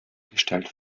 gestellt